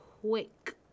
quick